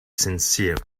sincere